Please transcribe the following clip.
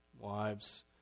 Wives